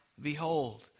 behold